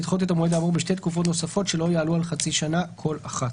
לדחות את המועד האמור בשתי תקופות נוספות שלא יעלו על חצי שנה כל אחת."